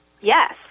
Yes